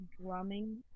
drumming